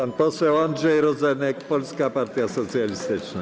Pan poseł Andrzej Rozenek, Polska Partia Socjalistyczna.